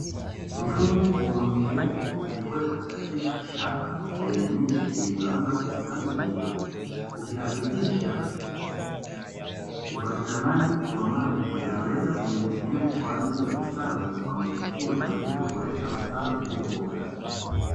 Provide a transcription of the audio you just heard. Mfumo wa umwagiliaji uliowekwa katika shamba lenye miche iliyoanza kustawi vizuri, ukihakikisha upatikanaji wa maji yanayoleta unyevuunyevu kwa ajili ya ustawi wa miche hiyo na hivyo kuleta mazao yaliyo bora.